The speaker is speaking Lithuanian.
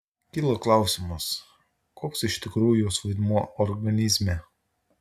kilo klausimas koks iš tikrųjų jos vaidmuo organizme